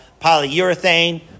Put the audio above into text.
polyurethane